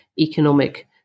economic